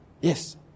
Yes